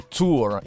tour